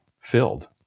filled